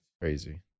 Crazy